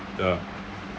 ya